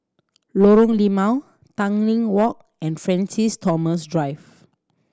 Lorong Limau Tanglin Walk and Francis Thomas Drive